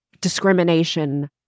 discrimination